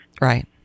Right